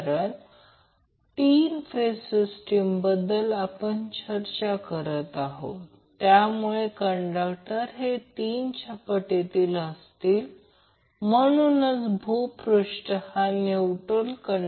तर मग्निट्यूड हे दर्शवते याचा अर्थ हे व्होल्टेज मग्निट्यूड आहे आणि हे याच्या समांतर आहे म्हणूनच ते येथे काढले आहे